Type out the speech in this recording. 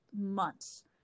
months